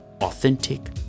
authentic